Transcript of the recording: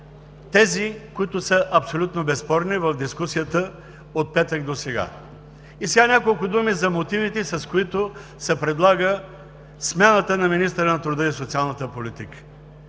тези, които са абсолютно безспорни в дискусията от петък досега. Сега няколко думи за мотивите, с които се предлага смяната на министъра на труда и социалната политика: